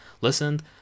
listened